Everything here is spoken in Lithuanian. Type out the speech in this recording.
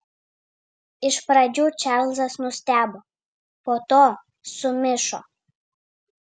iš pradžių čarlzas nustebo po to sumišo